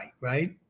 right